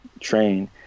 train